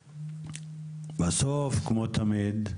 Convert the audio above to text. בסוף, כמו תמיד,